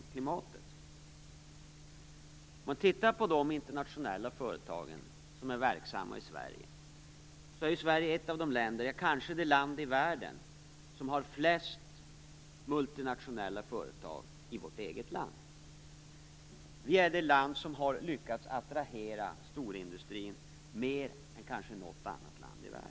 Om man tittar på de internationella företag som är verksamma i Sverige finner man att Sverige kanske är det land i världen som har flest multinationella företag. Sverige kanske är det land som har lyckats attrahera storindustrin mer än något annat land i världen.